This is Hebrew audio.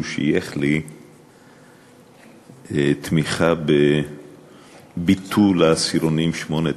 שייך לי תמיכה בביטול העשירונים 8,